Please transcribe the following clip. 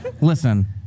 Listen